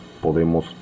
podemos